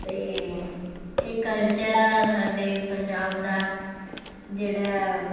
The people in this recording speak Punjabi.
ਅਤੇ ਇਹ ਕਲਚਰ ਸਾਡੇ ਪੰਜਾਬ ਦਾ ਜਿਹੜਾ